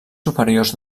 superiors